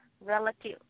relative